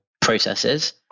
processes